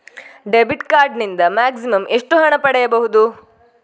Debit card ನಿಂದ maximum ಎಷ್ಟು ಹಣ ಪಡೆಯಬಹುದು?